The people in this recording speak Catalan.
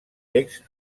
text